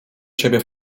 ciebie